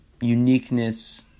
uniqueness